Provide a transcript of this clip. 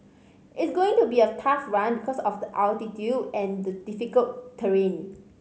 it's going to be a tough run because of the altitude and the difficult terrain